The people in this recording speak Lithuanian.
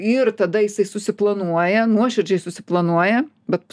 ir tada jisai susiplanuoja nuoširdžiai susiplanuoja bet